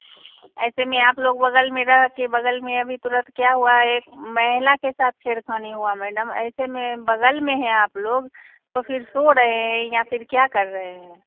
ऐसे में आप लोग बगल में रहके बगल में अभी तुरंत क्या हुआ एक महिला के साथ छेड़खानी हुआ मैडम ऐसे में बगल में है आप लोग तो फिर सो रहे हैं या फिर क्या कर रहें हैं